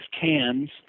cans